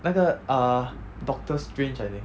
那个 uh doctor strange I think